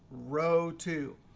row two.